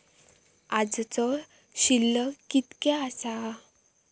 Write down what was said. आजचो शिल्लक कीतक्या आसा?